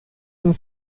denn